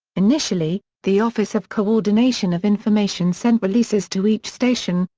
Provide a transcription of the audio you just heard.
initially, the office of coordination of information sent releases to each station,